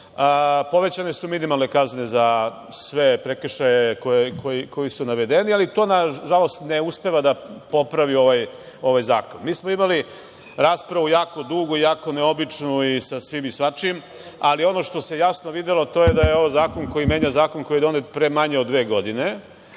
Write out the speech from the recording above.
Povećane su minimalne kazne za sve prekršaje koji su navedeni, ali to nažalost ne uspeva da popravi ovaj zakon. Mi smo imali raspravu jako dugo, jako neobičnu sa svim i svačim, ali ono što se jasno videlo to je da je ovo zakon koji menja zakon koji je donet prema manje od dve godine.